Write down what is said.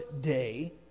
day